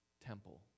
temple